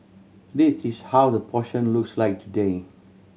this is how that portion looks like today